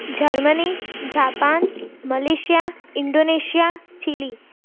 Germany Japan Malaysia Indonesia Chile